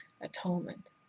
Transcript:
atonement